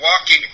walking